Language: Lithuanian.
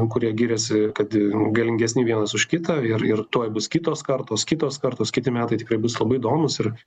kurie giriasi kad galingesni vienas už kitą ir ir tuoj bus kitos kartos kitos kartos kiti metai tikrai bus labai įdomūs ir